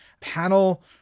panel